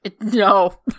No